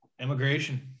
immigration